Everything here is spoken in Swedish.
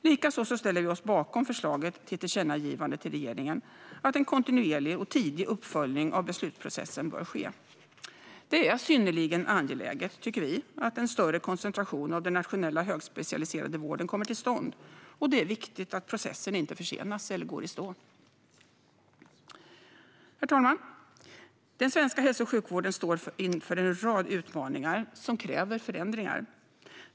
Likaså ställer vi oss bakom förslaget till tillkännagivande till regeringen att en kontinuerlig och tidig uppföljning av beslutsprocessen bör ske. Det är synnerligen angeläget, tycker vi, att en större koncentration av den nationella högspecialiserade vården kommer till stånd, och det är viktigt att processen inte försenas eller går i stå. Herr talman! Den svenska hälso och sjukvården står inför en rad utmaningar som kräver förändringar.